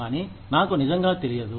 కానీ నాకు నిజంగా తెలియదు